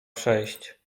przejść